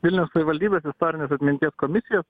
vilniaus savivaldybė istorinės atminties komisija